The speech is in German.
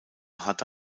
hatte